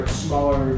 smaller